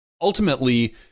ultimately